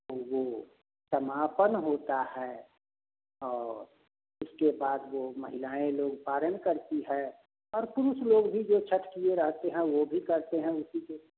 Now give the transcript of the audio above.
तो वह समापन होता है और इसके बाद वह माहिलाएँ लोग वारन करती है और पुरुष लोग भी जो छत्त किए रहते हैं वह भी करते हैं उसी के